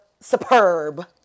superb